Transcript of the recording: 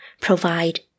provide